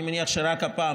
אני מניח שרק הפעם,